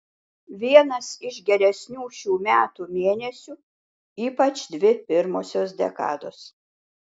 vienas iš geresnių šių metų mėnesių ypač dvi pirmosios dekados